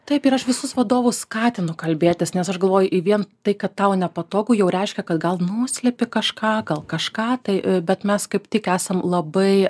taip ir aš visus vadovus skatinu kalbėtis nes aš galvoju vien tai kad tau nepatogu jau reiškia kad gal nuslepi kažką gal kažką tai bet mes kaip tik esam labai